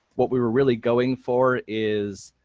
what we were really going for is,